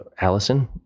Allison